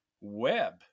web